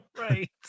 Right